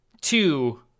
two